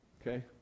Okay